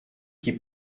qui